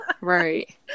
right